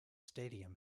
stadium